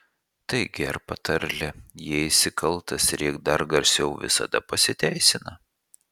taigi ar patarlė jei esi kaltas rėk dar garsiau visada pasiteisina